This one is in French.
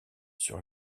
sur